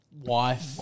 wife